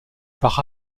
par